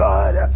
God